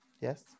Yes